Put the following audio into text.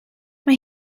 mae